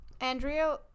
Andrea